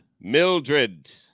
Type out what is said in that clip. Mildred